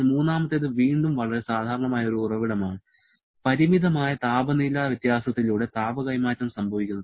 എന്നാൽ മൂന്നാമത്തേത് വീണ്ടും വളരെ സാധാരണമായ ഒരു ഉറവിടമാണ് പരിമിതമായ താപനില വ്യത്യാസത്തിലൂടെ താപ കൈമാറ്റം സംഭവിക്കുന്നു